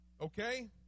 okay